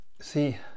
see